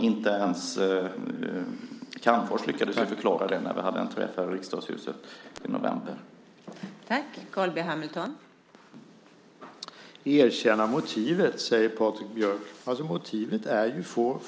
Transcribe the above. Inte ens Calmfors lyckades förklara det när vi hade en träff här i Riksdagshuset i november.